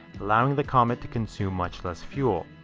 allowing the comet to consume much less fuel.